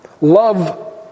Love